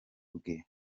bwe